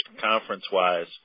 conference-wise